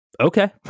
okay